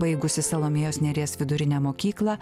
baigusi salomėjos neries vidurinę mokyklą